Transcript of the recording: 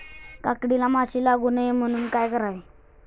काकडीला माशी लागू नये म्हणून काय करावे?